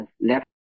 left